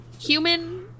human